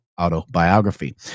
autobiography